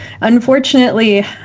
unfortunately